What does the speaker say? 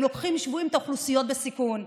הם לוקחים שבויים את האוכלוסיות בסיכון,